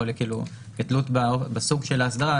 זה תלות בסוג האסדרה.